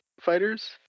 fighters